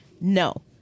No